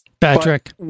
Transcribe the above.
Patrick